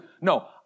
no